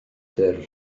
ffyrdd